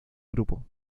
grupo